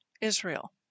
Israel